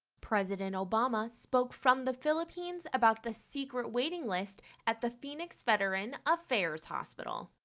president obama spoke from the phillipines about the secret waiting list at the phoenix veterans affairs hospital.